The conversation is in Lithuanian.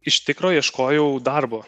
iš tikro ieškojau darbo